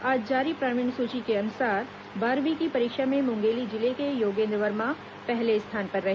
आज जारी प्रावीण्य सूची के अनुसार बारहवीं की परीक्षा में मुंगेली जिले के योगें द्र वर्मा पहले स्थान पर रहे